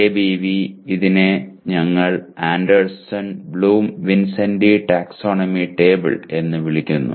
ABV ഇതിനെ ഞങ്ങൾ Anderson Bloom വിൻസെന്റി ടാക്സോണമി ടേബിൾ എന്ന് വിളിക്കുന്നു